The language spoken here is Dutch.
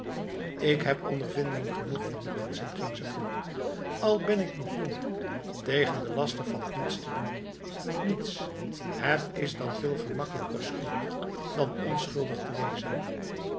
ik heb ondervinding genoeg van de mensen ging ze voort al ben ik nog jong tegen de laster valt niets te doen niets het is dan veel gemakkelijker schuldig dan onschuldig te wezenf